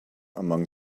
among